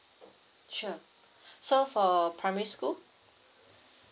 sure so for primary school